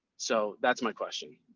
so that's my question.